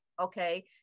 okay